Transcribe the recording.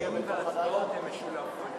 הדיון וההצבעות זה במשולב?